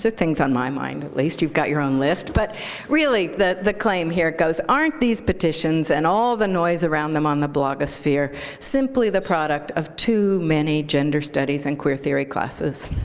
so things on my mind, at least. you've got your own list. but really, the the claim here goes, aren't these petitions and all the noise around them on the blogosphere simply the product of too many gender studies and queer theory classes?